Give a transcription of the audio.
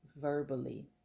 verbally